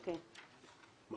מה